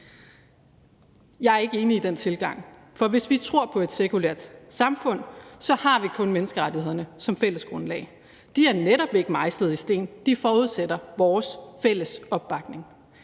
Jeg er ikke enig i den tilgang, for hvis vi tror på et sekulært samfund, har vi kun menneskerettighederne som fælles grundlag. De er netop ikke mejslet i sten; de forudsætter vores fælles opbakning.